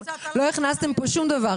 לא הכנסתם פה שום דבר.